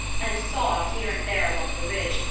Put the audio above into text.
and saw, here and there along the ridge,